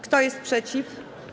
Kto jest przeciw?